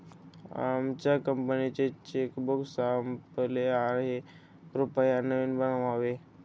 आमच्या कंपनीचे चेकबुक संपले आहे, कृपया नवीन बनवावे